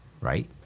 right